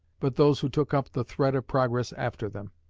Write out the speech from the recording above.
but those who took up the thread of progress after them.